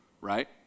right